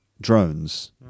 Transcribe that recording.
drones